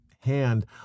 hand